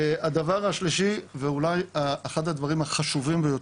הדבר השלישי, ואולי אחד הדברים החשובים ביותר.